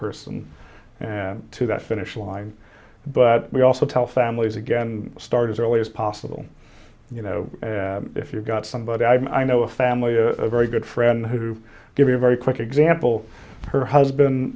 person to that finish line but we also tell families again start as early as possible you know if you've got somebody i know a family a very good friend who give you a very quick example her husband